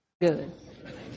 Good